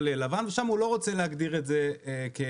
לבן ושם הוא לא רוצה להגדיר את זה כאזורים,